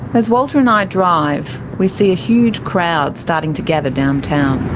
as walter and i drive we see a huge crowd starting to gather downtown,